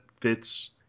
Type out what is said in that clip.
fits